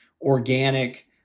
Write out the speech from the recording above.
organic